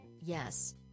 yes